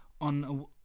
on